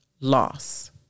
loss